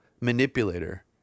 manipulator